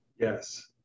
Yes